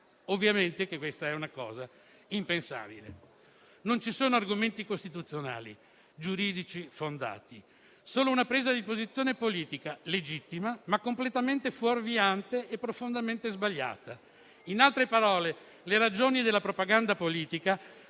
ovviamente questa è una cosa impensabile. Non ci sono argomenti costituzionali giuridici fondati; solo una presa di posizione politica, legittima, ma completamente fuorviante e profondamente sbagliata. In altre parole, le ragioni della propaganda politica